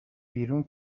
بیرون